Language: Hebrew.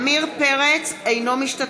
(קוראת בשמות חברי הכנסת) עמיר פרץ, אינו משתתף